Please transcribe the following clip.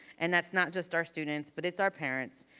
and that's not just our students, but it's our parents.